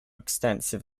extension